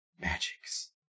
Magics